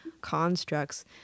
constructs